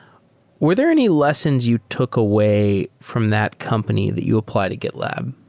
were there any lessons you took away from that company that you apply to gitlab?